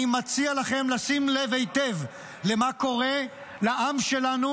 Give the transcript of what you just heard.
אני מציע לכם לשים לב היטב למה שקורה לעם שלנו,